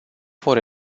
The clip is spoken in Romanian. vor